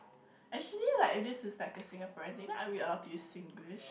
actually like if this is like a Singaporean thing then aren't we allowed to use Singlish